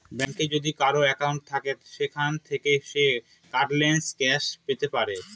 ব্যাঙ্কে যদি কারোর একাউন্ট থাকে সেখান থাকে সে কার্ডলেস ক্যাশ পেতে পারে